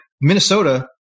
Minnesota